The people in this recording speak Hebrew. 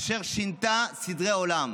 אשר שינתה סדרי עולם,